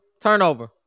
Turnover